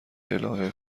الهه